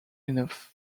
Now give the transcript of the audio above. enough